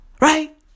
Right